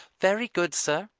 very good, sir,